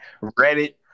Reddit